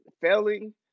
failing